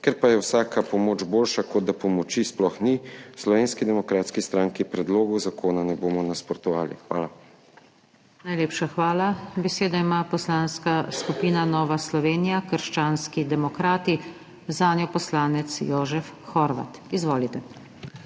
Ker pa je vsaka pomoč boljša, kot da pomoči sploh ni, v Slovenski demokratski stranki predlogu zakona ne bomo nasprotovali. Hvala. **PODPREDSEDNICA NATAŠA SUKIČ:** Najlepša hvala. Besedo ima Poslanska skupina Nova Slovenija – krščanski demokrati, zanjo poslanec Jožef Horvat. Izvolite.